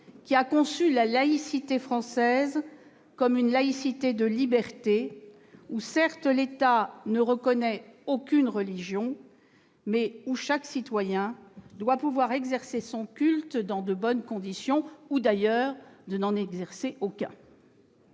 qui a conçu la laïcité française comme une laïcité de liberté : certes, l'État ne reconnaît aucune religion, mais chaque citoyen doit aussi pouvoir exercer son culte dans de bonnes conditions, ou encore n'en exercer aucun.